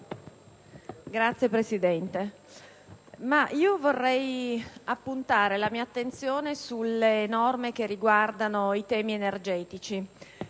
Signora Presidente, vorrei appuntare la mia attenzione sulle norme riguardanti i temi energetici